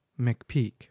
mcpeak